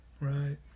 right